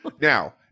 now